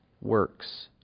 works